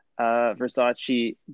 Versace